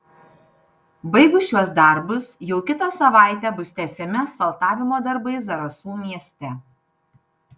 baigus šiuos darbus jau kitą savaitę bus tęsiami asfaltavimo darbai zarasų mieste